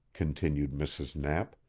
continued mrs. knapp.